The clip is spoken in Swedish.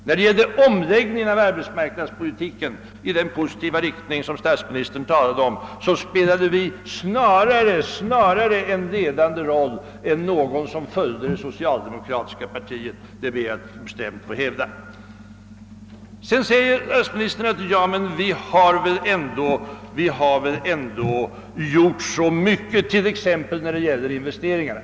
När det gällde omläggningen av arhbetsmarknadspolitiken i den positiva riktningen som statsministern talade om, spelade vi snarare en ledande roll än rollen av den som följde det socialdemokratiska partiet. Det ber jag bestämt att få hävda. Sedan säger statsministern: Ja, men vi har väl ändå gjort mycket t.ex. när det gäller investeringarna.